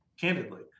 candidly